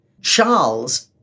Charles